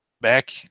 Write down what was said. back